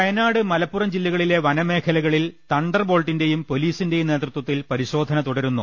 വയനാട് മലപ്പുറം ജില്ല കളിലെ വന മേഖലകളിൽ തണ്ടർബോൾട്ടിന്റെയും പൊലീസിന്റെയും നേതൃത്വത്തിൽ പരിശോ ധന തുടരുന്നു